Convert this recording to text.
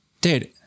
Dude